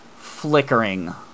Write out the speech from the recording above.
flickering